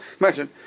Imagine